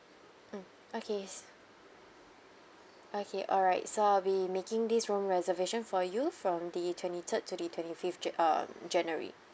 mm okays okay alright so I'll be making this room reservation for you from the twenty third to the twenty fifth ja~ uh january